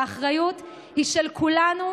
והאחריות היא של כולנו,